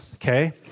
Okay